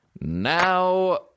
Now